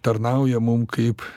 tarnauja mum kaip